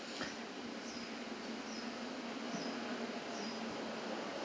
for this as well